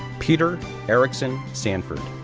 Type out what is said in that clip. peter erickson sanford,